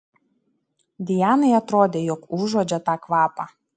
dianai atrodė jog užuodžia tą kvapą